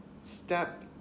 step